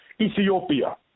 Ethiopia